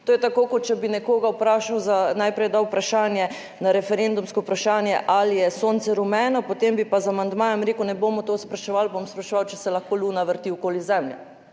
To je tako, kot če bi nekoga vprašal za, najprej je dal vprašanje na referendumsko vprašanje ali je Sonce rumeno, potem bi pa z amandmajem rekel, ne bomo to spraševali, bom spraševal, če se lahko Luna vrti okoli Zemlje.